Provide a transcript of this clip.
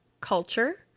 culture